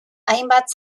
hainbat